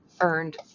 earned